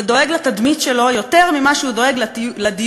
ודואג לתדמית שלו יותר ממה שהוא דואג לדיור,